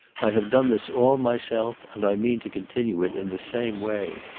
i have done this all myself, and i mean to continue it in the same way.